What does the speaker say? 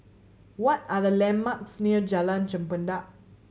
what are the landmarks near Jalan Chempedak